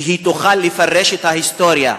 שתוכל לפרש את ההיסטוריה,